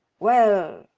well,